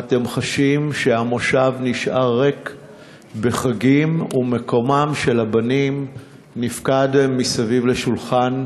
מה אתם חשים כשהמושב נשאר ריק בחגים ומקומם של הבנים מסביב לשולחן